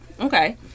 okay